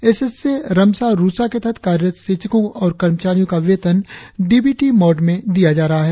S S A RMSA और RUSA के तहत कार्यरत शिक्षको और कर्मचारियों का वेतन डी बी टी मोड में दिया जा रहा है